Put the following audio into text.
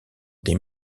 des